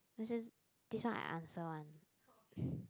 this is this one I answer one